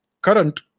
current